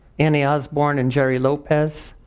annie osborne and jerry lopez.